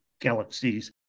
galaxies